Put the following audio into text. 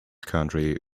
country